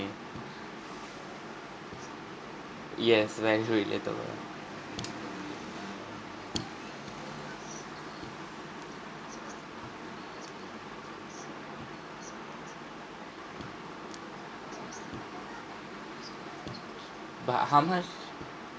yes we answer it literal but how much